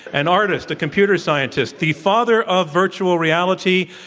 and artist, a computer scientist, the father of virtual reality,